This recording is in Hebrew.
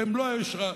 במלוא היושרה,